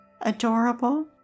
Adorable